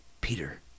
peter